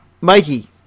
Mikey